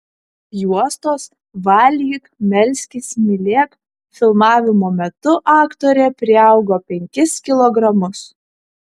juostos valgyk melskis mylėk filmavimo metu aktorė priaugo penkis kilogramus